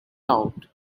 out